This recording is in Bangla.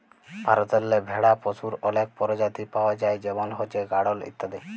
ভারতেল্লে ভেড়া পশুর অলেক পরজাতি পাউয়া যায় যেমল হছে গাঢ়ল ইত্যাদি